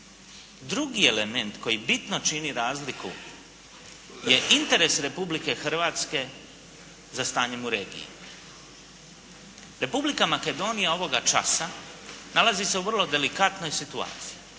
drugi element koji bitno čini razliku je interes Republike Hrvatske za stanjem u regiji. Republika Makedonija ovoga časa nalazi se u vrlo delikatnoj situaciji